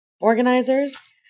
organizers